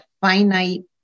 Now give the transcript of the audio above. finite